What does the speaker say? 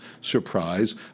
surprise